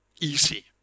easy